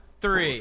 three